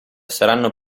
saranno